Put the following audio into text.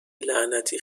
لعنتی